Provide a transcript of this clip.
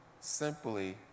simply